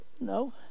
no